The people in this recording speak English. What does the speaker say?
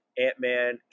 ant-man